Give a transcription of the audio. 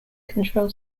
control